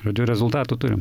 žodžiu rezultatų turim